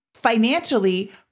financially